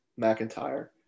McIntyre